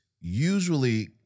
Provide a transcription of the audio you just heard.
usually –